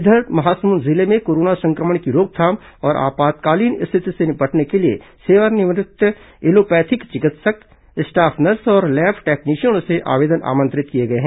इधर महासमुंद जिले में कोरोना संक्रमण की रोकथाम और आपातकालीन रिथिति से निपटने के लिए सेवानिवृत्त एलोपैथिक चिकित्सक स्टाफ नर्स और लैब टेक्नीशियनों से आवेदन आमंत्रित किए गए हैं